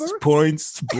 points